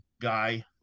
guy